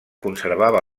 conservava